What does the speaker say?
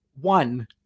One